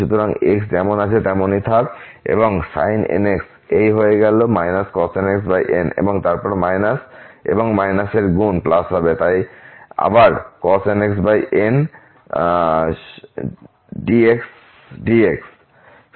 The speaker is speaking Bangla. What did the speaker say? সুতরাং x যেমন আছে তেমনই থাক এবং sin nx এই হয়ে গেল cos nx n এবং তারপর এবং এর গুণ হবে তাই আবার cos nxn dx